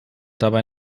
dabei